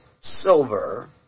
silver